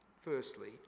firstly